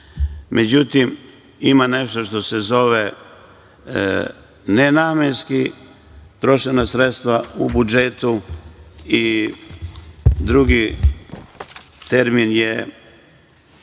međutim ima nešto što se zove nenamenski trošena sredstva u budžetu i drugi termin je